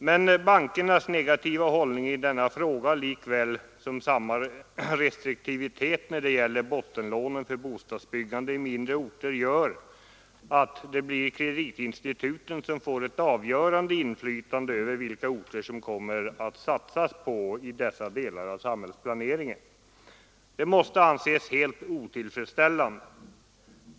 Men bankernas egen hållning i denna fråga liksom samma restriktivitet när det gäller bottenlånen för bostadsbyggande i mindre orter gör att det blir kreditinstituten som får ett avgörande inflytande över vilka orter som det kommer att satsas på i dessa delar av samhällsplaneringen. Det måste anses helt otillfredsställande.